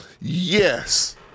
Yes